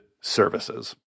services